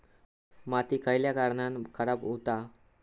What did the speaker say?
माती खयल्या कारणान खराब हुता?